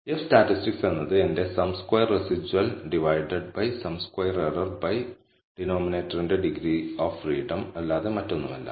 F statistic എന്നത് എന്റെ sum square residual divided by sum square error by ഡിനോമിനേറ്ററിന്റെ degree of freedom അല്ലാതെ മറ്റൊന്നുമല്ല